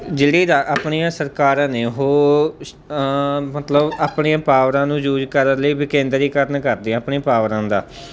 ਜਿਹੜੀ ਰ ਆਪਣੀਆਂ ਸਰਕਾਰਾਂ ਨੇ ਉਹ ਮਤਲਬ ਆਪਣੀਆਂ ਪਾਵਰਾਂ ਨੂੰ ਯੂਜ ਕਰਨ ਲਈ ਵਿਕੇਂਦਰੀਕਰਨ ਕਰਦੀਆਂ ਆਪਣੀਆਂ ਪਾਵਰਾਂ ਦਾ